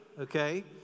okay